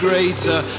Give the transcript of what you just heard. Greater